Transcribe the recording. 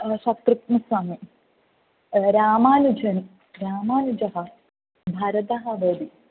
शत्रुघ्नस्वामि रामानुजः रामानुजः भरतः भवति